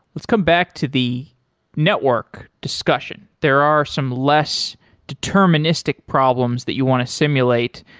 let's come back to the network discussion. there are some less deterministic problems that you want to simulate,